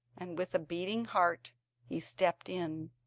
and with a beating heart he stepped in.